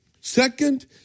Second